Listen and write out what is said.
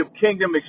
kingdom